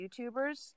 YouTubers